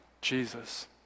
Jesus